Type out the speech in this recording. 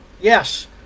Yes